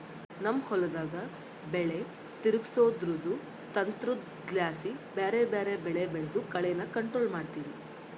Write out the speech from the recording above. ನಮ್ ಹೊಲುದಾಗ ಬೆಲೆ ತಿರುಗ್ಸೋದ್ರುದು ತಂತ್ರುದ್ಲಾಸಿ ಬ್ಯಾರೆ ಬ್ಯಾರೆ ಬೆಳೆ ಬೆಳ್ದು ಕಳೇನ ಕಂಟ್ರೋಲ್ ಮಾಡ್ತಿವಿ